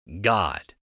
God